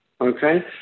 okay